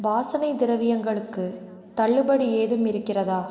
வாசனை திரவியங்களுக்கு தள்ளுபடி ஏதும் இருக்கிறதா